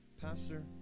Pastor